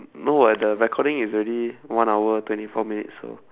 no [what] the recording is already one hour twenty four minutes so